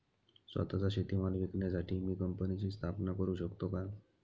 स्वत:चा शेतीमाल विकण्यासाठी मी कंपनीची स्थापना करु शकतो का?